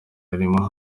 harimo